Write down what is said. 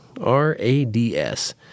R-A-D-S